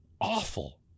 Awful